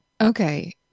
Okay